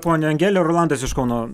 ponia angele rolandas iš kauno